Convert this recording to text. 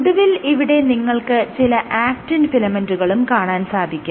ഒടുവിൽ ഇവിടെ നിങ്ങൾക്ക് ചില ആക്റ്റിൻ ഫിലമെന്റുകളും കാണാൻ കഴിയും